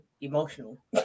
emotional